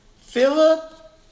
Philip